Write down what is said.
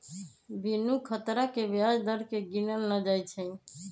बिनु खतरा के ब्याज दर केँ गिनल न जाइ छइ